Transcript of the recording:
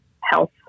health